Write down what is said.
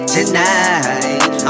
Tonight